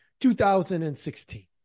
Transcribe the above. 2016